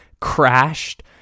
crashed